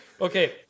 Okay